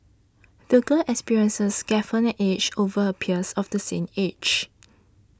the girl's experiences gave her an edge over her peers of the same age